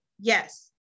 Yes